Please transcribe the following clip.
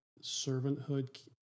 servanthood